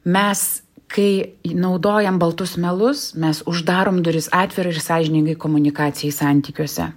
mes kai naudojam baltus melus mes uždarom duris atvirai ir sąžiningai komunikacijai santykiuose